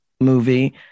movie